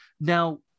now